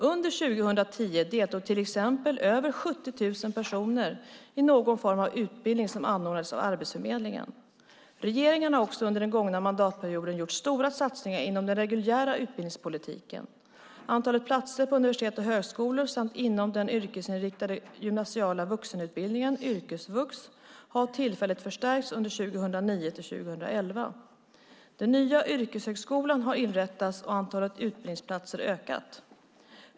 Under 2010 deltog till exempel över 70 000 personer i någon form av utbildning som anordnades av Arbetsförmedlingen. Regeringen har också under den gångna mandatperioden gjort stora satsningar inom den reguljära utbildningspolitiken. Antalet platser på universitet och högskolor samt inom den yrkesinriktade gymnasiala vuxenutbildningen, yrkesvux, har tillfälligt förstärkts under 2009-2011. Den nya yrkeshögskolan har inrättats och antalet utbildningsplatser ökats.